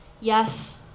Yes